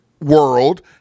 world